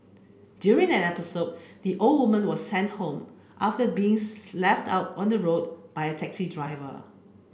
during an episode the old woman was sent home after beings left out on the road by a taxi driver